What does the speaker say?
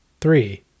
three